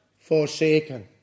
forsaken